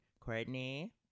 Courtney